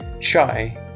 Chai